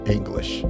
English